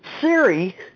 Siri